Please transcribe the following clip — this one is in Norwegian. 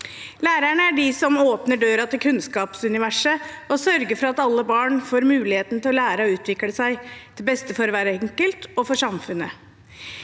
Lærerne er de som åpner døren til kunnskapsuniverset og sørger for at alle barn får muligheten til å lære og utvikle seg, til beste for hver enkelt og for samfunnet.